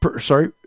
sorry